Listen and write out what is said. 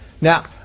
Now